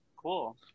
Cool